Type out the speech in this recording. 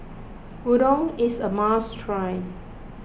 Udon is a must try